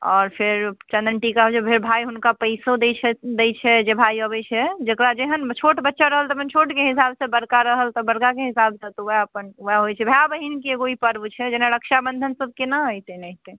आओर फेर चनन टीका जे भऽ भाइ हुनका पैसो दय छै दय छै जे भाइ अबैत छै जेकरा जेहन छोट बच्चा रहल तऽ अपन छोटके हिसाबसँ बड़का रहल तऽ बड़काके हिसाबसँ तऽ ओएह अपन ओएह होइत छै भाय बहिनके एगो ई पर्व छै जेना रक्षाबन्धन सभ केना अइ तेनाहिते